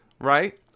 Right